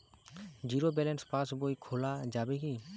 Zero balance pass বই খোলা যাবে কি?